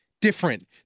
different